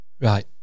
Right